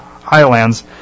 highlands